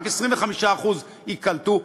רק 25% ייקלטו,